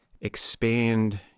expand